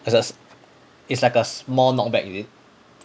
it's just it's like a small knock back is it